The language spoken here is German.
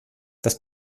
das